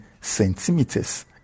centimeters